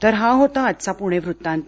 तर हा होता आजचा पुणे वृत्तांत